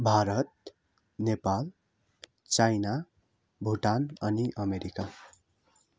Bharat Nepal China Bhutan अनि America